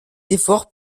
efforts